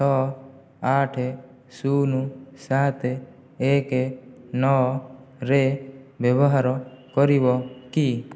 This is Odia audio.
ନଅ ଆଠ ଶୂନ ସାତ ଏକ ନଅରେ ବ୍ୟବହାର କରିବ କି